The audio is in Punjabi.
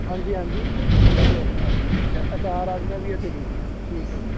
ਹਾਂਜੀ ਹਾਂਜੀ ਮਿਰਚਾਂ ਵੀ ਹੈਗੀਆਂ ਹਰੀਆਂ ਮਿਰਚਾਂ ਅਚਾਰ ਵਾਲੀਆਂ ਵੀ ਆ ਅਤੇ ਦੂਜੀਆਂ ਵੀ ਠੀਕ ਹੈ